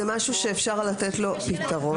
זה משהו שאפשר לתת לו פתרון.